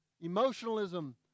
emotionalism